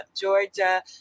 Georgia